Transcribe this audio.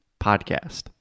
podcast